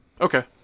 okay